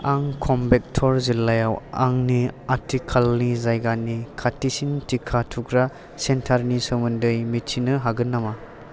आं कयेम्बेट'र जिल्लायाव आंनि आथिखालनि जायगानि खाथिसिन टिका थुग्रा सेन्टारनि सोमोन्दै मिथिनो हागोन नामा